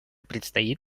предстоит